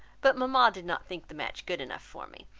but mama did not think the match good enough for me,